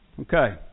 Okay